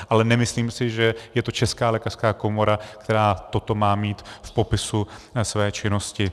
Ale nemyslím si, že je to Česká lékařská komora, která toto má mít v popisu své činnosti.